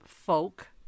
Folk